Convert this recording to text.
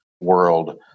world